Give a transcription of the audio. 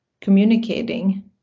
communicating